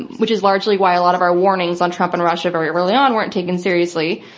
and which is largely why a lot of our warnings on trump and russia, very early on, weren't taken seriously.